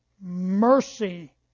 mercy